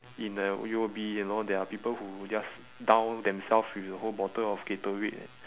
in the O_U_B you know there are people who just down themselves with a whole bottle of gatorade leh